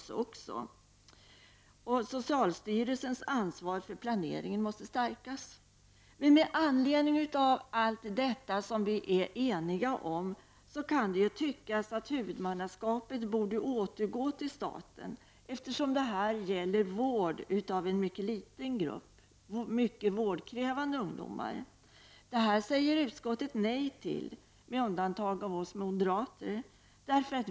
Socialstyrelsens ansvar för planeringen måste stärkas. Det kan tyckas att huvudmannaskapet borde återgå till staten, med anledning av allt detta som vi är eniga om, eftersom det här gäller vård av en liten grupp mycket vårdkrävande ungdomar. Det säger utskottet nej till, med undantag av oss moderater.